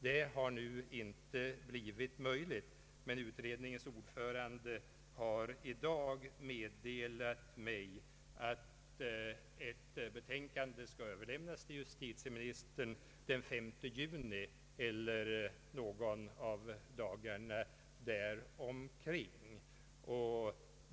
Det har nu inte blivit möjligt, men utredningens ordförande har i dag meddelat mig att ett betänkande skall överlämnas till justitieministern den 5 juni eller någon av dagarna däromkring.